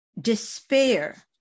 despair